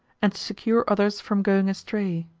and to secure others from going astray.